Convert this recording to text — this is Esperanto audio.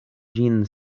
ĝin